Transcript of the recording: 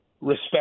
respect